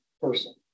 person